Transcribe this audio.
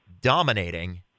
dominating